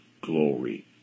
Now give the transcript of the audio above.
glory